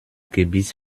gebiss